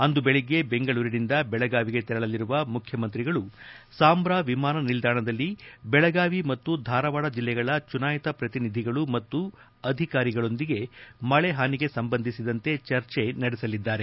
ಅಂದು ಬೆಳಗ್ಗೆ ಬೆಂಗಳೂರಿನಿಂದ ಬೆಳಗಾವಿಗೆ ತೆರಳಲಿರುವ ಮುಖ್ಯಮಂತ್ರಿಗಳು ಸಾಂಬ್ರಾ ವಿಮಾನ ನಿಲ್ದಾಣದಲ್ಲಿ ಬೆಳಗಾವಿ ಮತ್ತು ಧಾರವಾಡ ಜಿಲ್ಲೆಗಳ ಚುನಾಯಿತ ಪ್ರತಿನಿಧಿಗಳು ಮತ್ತು ಅಧಿಕಾರಿಗಳೊಂದಿಗೆ ಮಳೆ ಹಾನಿಗೆ ಸಂಬಂಧಿಸಿದಂತೆ ಚರ್ಚೆ ನಡೆಸಲಿದ್ದಾರೆ